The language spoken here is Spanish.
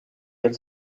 del